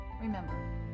Remember